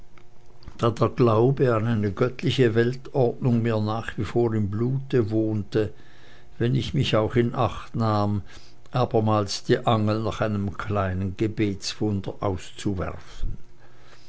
der glaube an eine göttliche weltordnung mir nach wie vor im blute wohnte wenn ich mich auch in acht nahm abermals die angel nach einem kleinen gebetswunder auszuwerfen